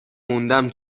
موندم